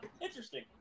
interesting